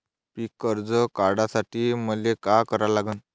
पिक कर्ज काढासाठी मले का करा लागन?